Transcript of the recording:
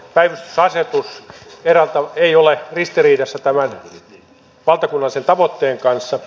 päivystysasetus ei ole ristiriidassa tämän valtakunnallisen tavoitteen kanssa